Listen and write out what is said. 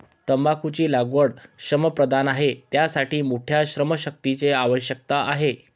तंबाखूची लागवड श्रमप्रधान आहे, त्यासाठी मोठ्या श्रमशक्तीची आवश्यकता आहे